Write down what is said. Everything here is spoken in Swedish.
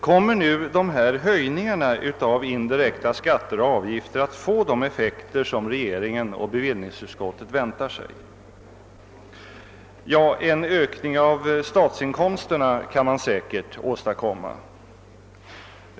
Kommer nu höjningarna av indirekta skatter och avgifter att få de effekter som regeringen och bevillningsutskottet väntar sig? Ja, en ökning av statsinkomsterna kan man säkert åstadkomma.